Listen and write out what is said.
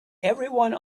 everyone